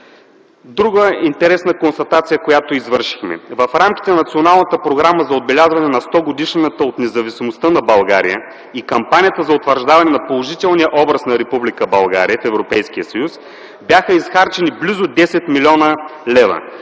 Друга интересна констатация, която извършихме. В рамките на Националната програма за отбелязване на 100-годишнината на Независимостта на България и кампанията за утвърждаване на положителния образ на Република България в